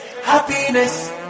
Happiness